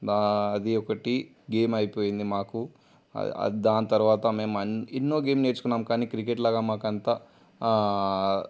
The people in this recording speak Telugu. ఆ అది ఒకటి గేమ్ అయిపోయింది మాకు అది అది దాని తర్వాత మేము అని ఎన్నో గేమ్ నేర్చుకున్నాము కానీ క్రికెట్ లాగా మాకు అంత ఆ